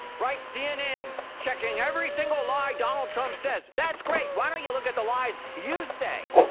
right? cnn checking every single lie donald trump says, that's great why don't you look at the lies you say?